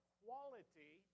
quality